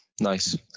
nice